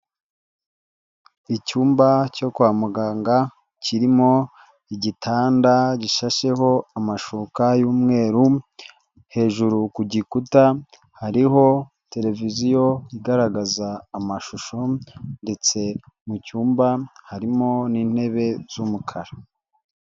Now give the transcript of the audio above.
Icyumba cyo kwa muganga, kirimo igitanda gishasheho amashuka y'umweru, hejuru ku gikuta hariho televiziyo igaragaza amashusho, ndetse mu cyumba harimo n'intebe z'umukara.